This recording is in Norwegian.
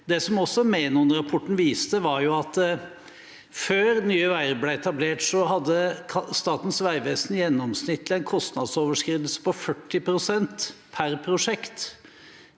Menon-rapporten også viste, var at før Nye veier ble etablert, hadde Statens vegvesen en gjennomsnittlig kostnadsoverskridelse på 40 pst. per prosjekt.